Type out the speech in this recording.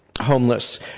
homeless